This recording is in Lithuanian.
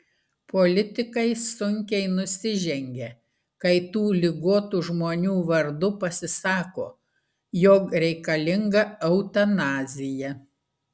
politikai sunkiai nusižengia kai tų ligotų žmonių vardu pasisako jog reikalinga eutanazija